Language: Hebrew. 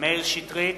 מאיר שטרית,